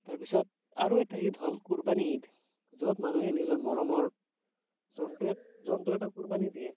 তাৰপিছত আৰু এটা ঈদ হ'ল কুৰবানি ঈদ য'ত মানুহে নিজৰ মৰমৰ জন্তু জন্তু এটা কুৰবানি দিয়ে